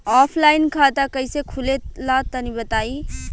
Offline खाता कइसे खुले ला तनि बताई?